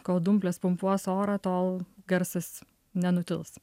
kol dumplės pumpuos orą tol garsas nenutils